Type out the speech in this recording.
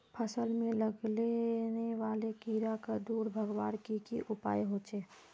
फसल में लगने वाले कीड़ा क दूर भगवार की की उपाय होचे?